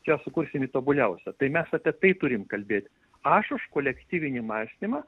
čia sukursim jį tobuliausią tai mes apie tai turim kalbėt aš už kolektyvinį mąstymą